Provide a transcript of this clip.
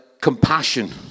compassion